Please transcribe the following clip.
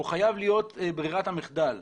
הוא חייב להיות ברירת המחדל.